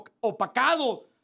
opacado